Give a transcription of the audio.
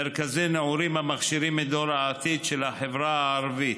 מרכזי נעורים המכשירים את דור העתיד של החברה הערבית.